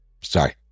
sorry